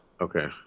Okay